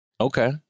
Okay